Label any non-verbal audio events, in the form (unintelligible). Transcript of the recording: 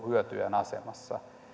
(unintelligible) hyötyjän asemassa